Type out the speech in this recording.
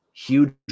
Huge